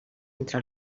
entre